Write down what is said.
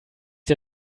der